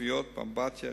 טביעות באמבטיה,